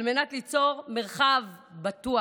על מנת ליצור מרחב בטוח,